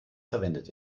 verwendet